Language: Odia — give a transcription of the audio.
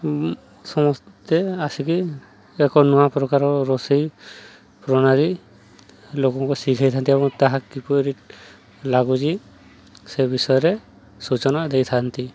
ସମସ୍ତେ ଆସିକି ଏକ ନୂଆ ପ୍ରକାର ରୋଷେଇ ପ୍ରଣାଳୀ ଲୋକଙ୍କୁ ଶିଖେଇଥାନ୍ତି ଏବଂ ତାହା କିପରି ଲାଗୁଛି ସେ ବିଷୟରେ ସୂଚନା ଦେଇଥାନ୍ତି